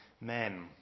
men